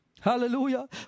Hallelujah